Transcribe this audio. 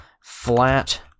flat